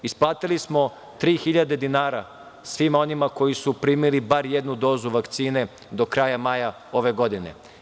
Isplatili smo 3.000 dinara svima onima koji su primili bar jednu dozu vakcine do kraja maja ove godine.